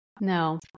No